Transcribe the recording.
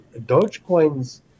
Dogecoin's